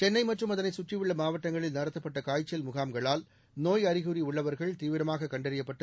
சென்னை மற்றும் அதனை சுற்றியுள்ள மாவட்டங்களில் நடத்தப்பட்ட காய்ச்சல் முகாம்களால் நோய் அறிகுறி உள்ளவர்கள் தீவிரமாக கண்டறியப்பட்டு